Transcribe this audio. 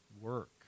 work